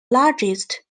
largest